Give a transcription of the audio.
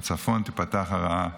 מצפון תיפתח הרעה.